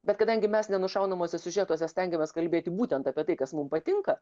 bet kadangi mes nenušaunamuose siužetuose stengiamės kalbėti būtent apie tai kas mum patinka